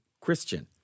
Christian